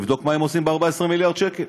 לבדוק מה הם עושים ב-14 מיליארד שקל.